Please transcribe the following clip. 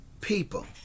people